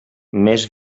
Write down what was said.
més